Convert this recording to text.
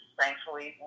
thankfully